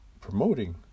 promoting